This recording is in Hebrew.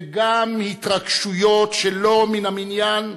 וגם התרגשויות שלא מן המניין,